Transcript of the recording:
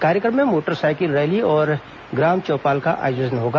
कार्यक्रम में motorcycle rally और ग्राम चौपाल का आयोजन होगा